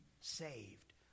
saved